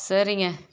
சரீங்க